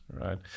right